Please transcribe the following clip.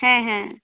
হ্যাঁ হ্যাঁ